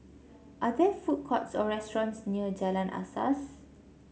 are there food courts or restaurants near Jalan Asas